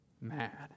mad